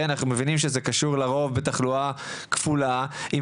אנחנו מבינים שזה קשור לרוב בתחלואה כפולה עם